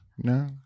no